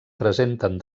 presenten